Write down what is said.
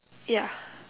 yeah